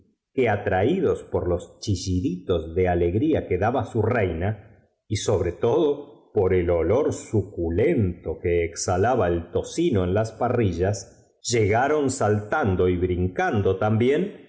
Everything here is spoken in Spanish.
ha atraídos por los chilliditos de alegria que blar si bien algo distraldo de la cuestión daba su reina y sobre todo por el olor que estaban tratando allevantatse suculento que exhalaba el tocino en las había salido de la cocina en el mo nen parrillas llegaron saltando y brincando to